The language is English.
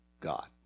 God